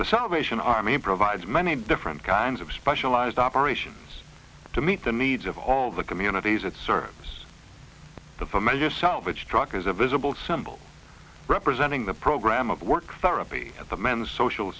the salvation army provides many different kinds of specialized operations to meet the needs of all the communities that service the familiar selvage truck is a visible symbol representing the program of work therapy at the men's social